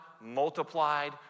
multiplied